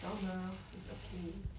now now it's okay